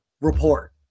report